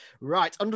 Right